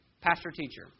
pastor-teacher